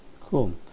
cool